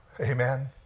Amen